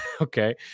Okay